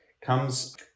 comes